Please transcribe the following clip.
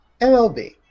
MLB